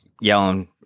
yelling